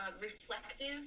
reflective